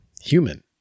human